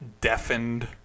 deafened